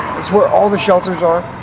it's where all the shelters are,